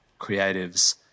creatives